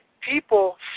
people